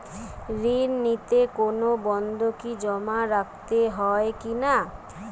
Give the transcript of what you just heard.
ঋণ নিতে কোনো বন্ধকি জমা রাখতে হয় কিনা?